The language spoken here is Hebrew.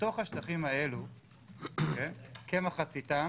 מתוך השטחים האלו כמחציתם